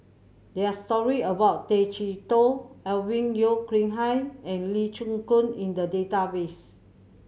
there are story about Tay Chee Toh Alvin Yeo Khirn Hai and Lee Chin Koon in the database